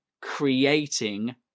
creating